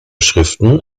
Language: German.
schriften